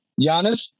Giannis